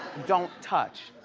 don't touch.